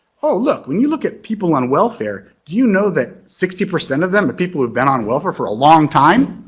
oh look when you look at people on welfare, do you know that sixty percent of them are but people who have been on welfare for a long time?